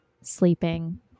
sleeping